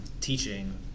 teaching